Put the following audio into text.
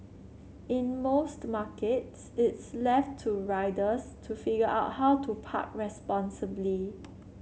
in most markets it's left to riders to figure out how to park responsibly